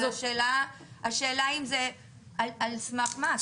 אבל השאלה היא על סמך מה,